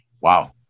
Wow